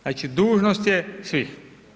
Znači dužnost je svih.